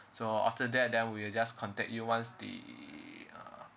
so after that then we'll just contact you once the uh